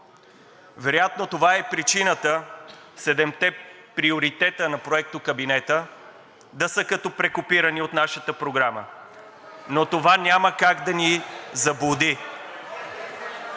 Вероятно това е и причината седемте приоритета на проектокабинета да са като прекопирани от нашата програма, но това няма как да ни заблуди.